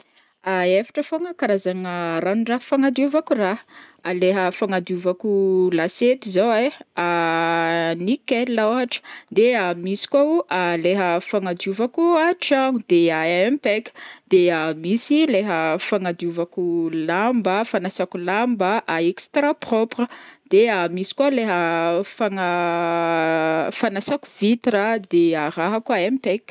efatra fogna karazagna ranon-draha fagnadiovako raha, leha fagnadiovako lasety zao ai nickel ohatra, de misy koa o leha fagnadiovako tragno de impec, de misy leha fagnadiovako lamba, fanasako lamba extra propre, de misy koa leha fana- fanasako vitra de raha koa impec.